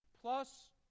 plus